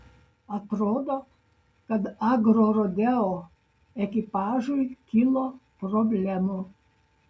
atrodo kad agrorodeo ekipažui kilo problemų